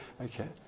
okay